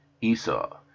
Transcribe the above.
Esau